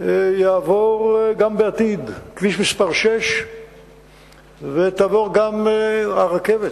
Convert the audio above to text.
יעבור גם כביש 6 ותעבור גם הרכבת.